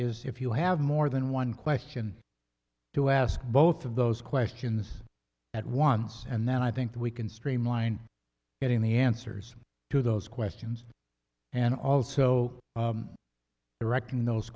is if you have more than one question to ask both of those questions at once and then i think we can streamline getting the answers to those questions and also directing those